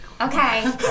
Okay